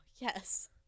Yes